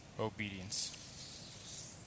obedience